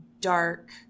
dark